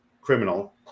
criminal